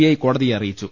I കോടതിയെ അറിയിച്ചു